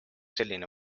selline